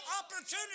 opportunity